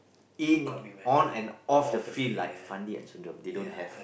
in on and off the field like Fandi and Sundram they don't have